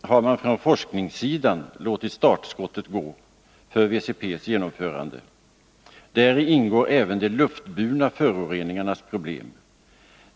har man från forskningssidan låtit startskottet gå för WCP:s genomförande. Däri ingår även de luftburna föroreningarnas problem.